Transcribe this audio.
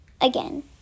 again